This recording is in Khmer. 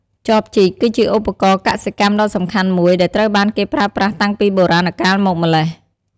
ចបជីក គឺជាឧបករណ៍កសិកម្មដ៏សំខាន់មួយ ដែលត្រូវបានគេប្រើប្រាស់តាំងពីបុរាណកាលមកម្ល៉េះ។